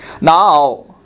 now